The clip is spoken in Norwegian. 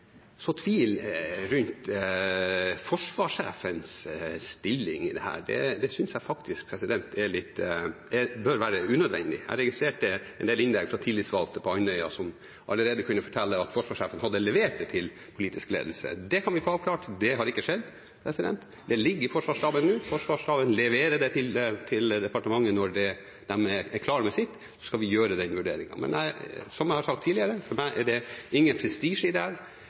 så tvil rundt forsvarssjefens stilling i dette synes jeg faktisk bør være unødvendig. Jeg registrerte en del innlegg fra tillitsvalgte på Andøya som allerede kunne fortelle at forsvarssjefen hadde levert det til politisk ledelse. Det kan vi avklare: Det har ikke skjedd. Det ligger i Forsvarsstaben nå, de skal levere det til departementet når de er klare med sitt, og så skal vi foreta den vurderingen. Som jeg har sagt tidligere: For meg ligger det ingen prestisje i dette spørsmålet. Vi skal finne en god løsning for å få i gang en kapasitet som er